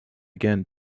again